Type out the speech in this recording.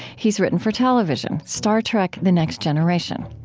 he's written for television star trek the next generation.